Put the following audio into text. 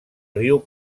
riu